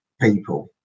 people